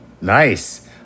Nice